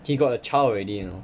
he got a child already you know